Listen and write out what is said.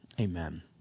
amen